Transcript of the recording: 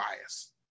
bias